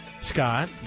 Scott